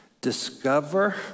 discover